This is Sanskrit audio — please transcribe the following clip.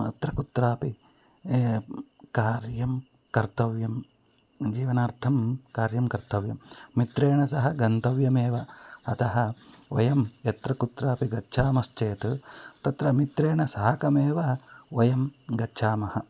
अत्र कुत्रापि कार्यं कर्तव्यं जीवनार्थं कार्यं कर्तव्यं मित्रेण सह गन्तव्यमेव अतः वयं यत्र कुत्रापि गच्छामश्चेत् तत्र मित्रेण साकमेव वयं गच्छामः